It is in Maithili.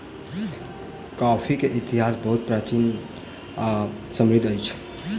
कॉफ़ी के इतिहास बहुत प्राचीन आ समृद्धि अछि